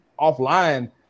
offline